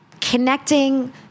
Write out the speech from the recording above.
connecting